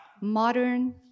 modern